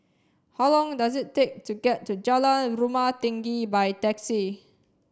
how long does it take to get to Jalan Rumah Tinggi by taxi